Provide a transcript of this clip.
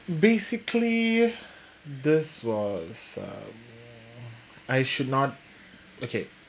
basically this was uh I should not okay